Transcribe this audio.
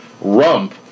rump